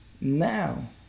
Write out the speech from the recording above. now